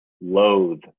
loathe